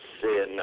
sin